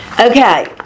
Okay